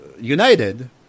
United